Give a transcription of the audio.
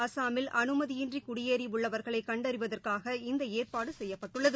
அஸ்ஸாமில் அனுமதியின்றிகுடியேறிஉள்ளவர்களைகண்டறிவதற்காக இந்தஏற்பாடுசெய்பப்பட்டுள்ளது